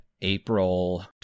April